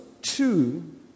two